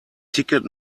ticket